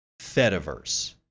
Fediverse